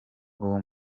uwo